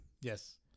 Yes